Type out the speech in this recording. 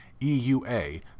EUA